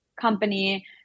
company